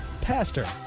Pastor